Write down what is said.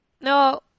No